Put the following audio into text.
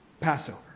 Passover